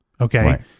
Okay